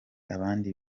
abandi